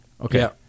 Okay